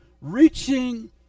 reaching